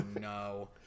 no